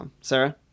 Sarah